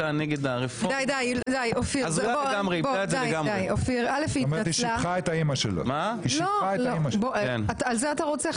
די אופיר, היא התנצלה, על זה אתה רוצה?